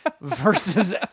versus